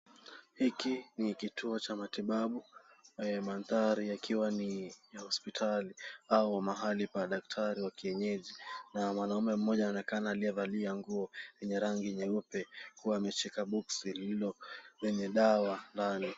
Hiki ni kitu cha matibabu na mandhari ikiwa ni ya hospitali au mahali pa daktari wa kienyeji na mwanaume mmoja anaonekana aliyevalia nguo yenye rangi nyeupe kuwa ameshika boksi lenye dawa ndani.